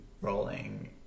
rolling